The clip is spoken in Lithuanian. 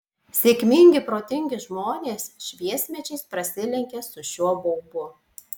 sėkmingi protingi žmonės šviesmečiais prasilenkia su šiuo baubu